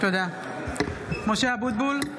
(קוראת בשמות חברי הכנסת) משה אבוטבול,